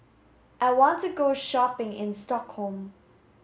I want to go shopping in Stockholm